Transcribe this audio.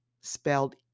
spelled